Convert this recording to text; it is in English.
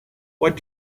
what